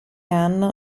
anno